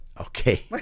Okay